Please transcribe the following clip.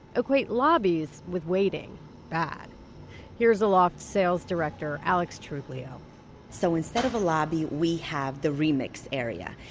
equate lobbies with waiting bad here's aloft's sales director aleks truglio so instead of a lobby, we have the remix area,